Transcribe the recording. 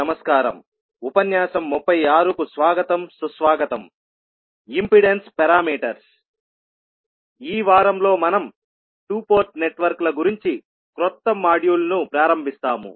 నమస్కారంఈ వారంలో మనం 2 పోర్ట్ నెట్వర్క్ల గురించి క్రొత్త మాడ్యూల్ను ప్రారంభిస్తాము